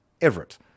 Everett